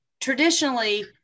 traditionally